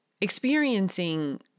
experiencing